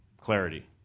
Clarity